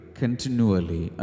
continually